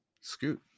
scoot